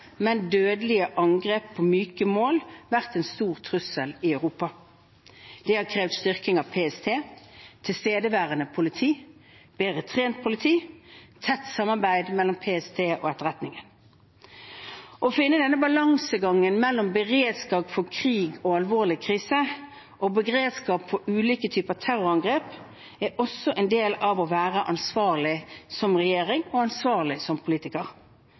men dødelige angrep på myke mål vært en stor trussel i Europa. Det har krevd styrking av PST, tilstedeværende politi, bedre trent politi, tett samarbeid mellom PST og Etterretningen. Å finne denne balansen mellom beredskap for krig og alvorlig krise og beredskap for ulike typer terrorangrep er også en del av å være ansvarlig som regjering og ansvarlig som politiker.